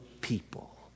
people